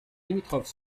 limitrophes